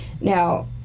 Now